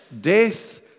death